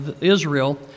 Israel